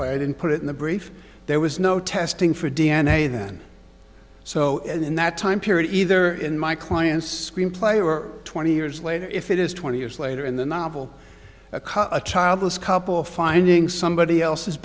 why i didn't put in the brief there was no testing for d n a then so in that time period either in my client's screenplay or twenty years later if it is twenty years later in the novel a car a childless couple finding somebody else's